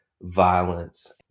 violence